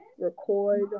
record